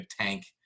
tank